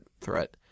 threat